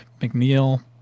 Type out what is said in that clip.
McNeil